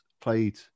played